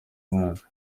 mwaka